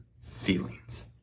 feelings